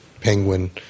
penguin